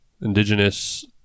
indigenous